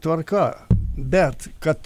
tvarka bet kad